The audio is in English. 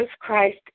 Christ